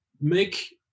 make